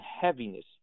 heaviness